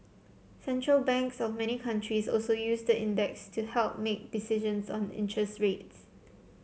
central banks of many countries also use the index to help make decisions on interest rates